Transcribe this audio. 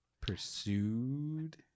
pursued